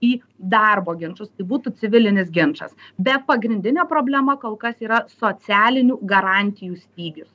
į darbo ginčus tai būtų civilinis ginčas bet pagrindinė problema kol kas yra socialinių garantijų stygius